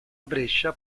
brescia